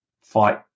fight